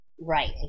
Right